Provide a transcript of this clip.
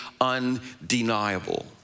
undeniable